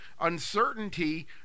uncertainty